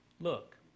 Look